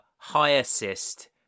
high-assist